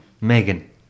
Megan